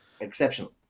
exceptional